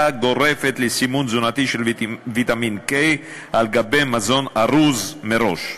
גורפת לסימון תזונתי של ויטמין K על-גבי מזון ארוז מראש.